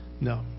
No